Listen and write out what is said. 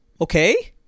okay